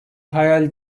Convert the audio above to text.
hayal